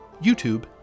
YouTube